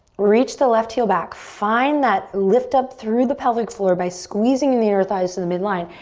reach the left heel back. find that lift up through the pelvic floor by squeezing and the inner thighs to the midline.